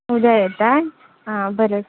उद्या येत आहे हां बरं